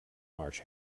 march